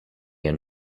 and